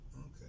Okay